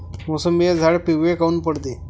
मोसंबीचे झाडं पिवळे काऊन पडते?